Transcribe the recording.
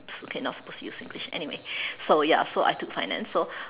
okay not supposed to use singlish anyway so ya so I took finance so